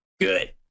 Good